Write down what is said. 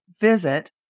visit